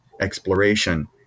exploration